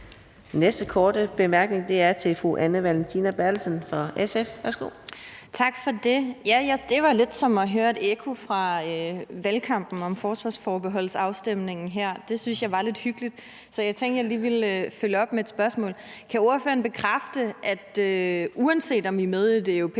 fra SF. Værsgo. Kl. 18:39 Anne Valentina Berthelsen (SF): Tak for det. Ja, det var lidt som at høre et ekko fra valgkampen om forsvarsforbeholdsafstemningen her. Det synes jeg var lidt hyggeligt, så jeg tænkte, jeg lige ville følge op med et spørgsmål: Kan ordføreren bekræfte, at uanset om vi er med i det europæiske